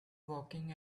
walking